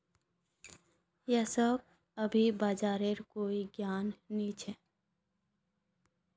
यशक अभी बाजारेर कोई ज्ञान नी छ